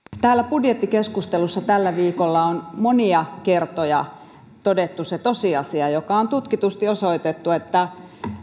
budjettikeskustelussa tällä viikolla on monia kertoja todettu se tosiasia joka on tutkitusti osoitettu että